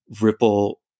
ripple